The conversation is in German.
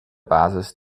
basis